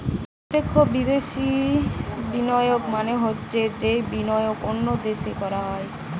প্রত্যক্ষ বিদ্যাশি বিনিয়োগ মানে হৈছে যেই বিনিয়োগ অন্য দেশে করা হয়